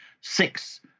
six